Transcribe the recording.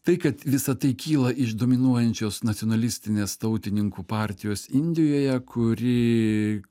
tai kad visa tai kyla iš dominuojančios nacionalistinės tautininkų partijos indijoje kuri